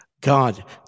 God